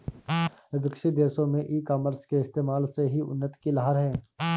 विकसित देशों में ई कॉमर्स के इस्तेमाल से ही उन्नति की लहर है